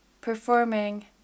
performing